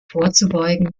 vorzubeugen